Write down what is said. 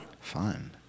Fun